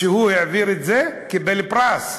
כשהוא העביר את זה הוא קיבל פרס,